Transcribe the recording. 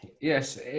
Yes